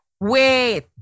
wait